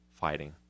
fighting